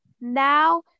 Now